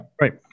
Right